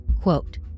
Quote